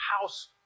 house